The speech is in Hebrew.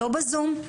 לא בזום,